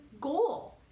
goal